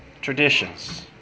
traditions